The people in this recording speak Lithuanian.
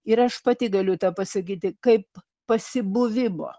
ir aš pati galiu tą pasakyti kaip pasibuvimo